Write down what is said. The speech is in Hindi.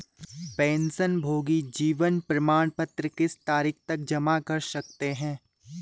पेंशनभोगी जीवन प्रमाण पत्र किस तारीख तक जमा कर सकते हैं?